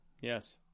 yes